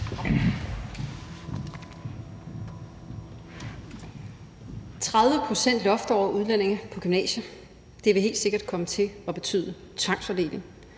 30-procentsloft over udlændinge på gymnasiet – det vil helt sikkert komme til at betyde tvangsfordeling.